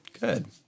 Good